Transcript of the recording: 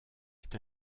est